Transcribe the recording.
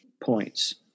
points